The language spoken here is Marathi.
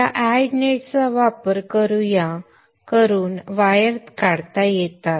या अॅड नेट चा वापर करून वायर काढता येतात